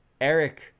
Eric